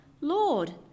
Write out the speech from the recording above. Lord